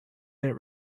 that